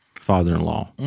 father-in-law